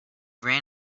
ran